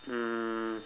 um